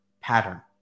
pattern